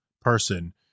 person